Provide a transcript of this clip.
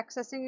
accessing